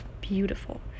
beautiful